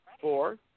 Four